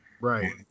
Right